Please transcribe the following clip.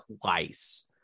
twice